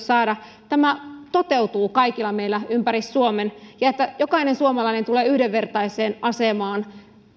saada tämä toteutuu kaikilla meillä ympäri suomen ja että jokainen suomalainen tulee yhdenvertaiseen asemaan